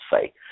say